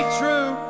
true